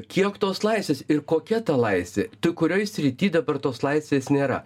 kiek tos laisvės ir kokia ta laisvė tai kurioj srity dabar tos laisvės nėra